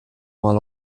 mal